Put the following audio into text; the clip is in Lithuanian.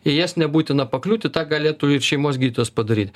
į jas nebūtina pakliūti tą galėtų ir šeimos gydytojas padaryt